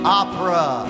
opera